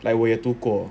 like 我有读过